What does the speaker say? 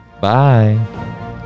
Bye